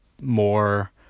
more